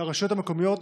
לרשויות המקומיות,